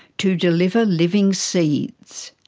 to deliver living seeds.